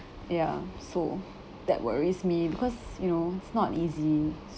ya so that worries me because you know it's not easy